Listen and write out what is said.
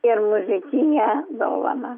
ir muzikinę dovaną